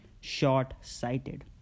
short-sighted